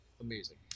amazing